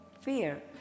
fear